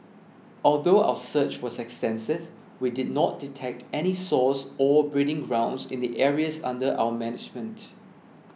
although our search was extensive we did not detect any source or breeding grounds in the areas under our management